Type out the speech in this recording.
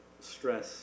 stress